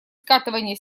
скатывания